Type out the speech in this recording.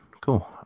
cool